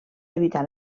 evitar